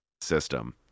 system